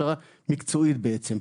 הכשרה מקצועית בעצם.